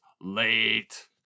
late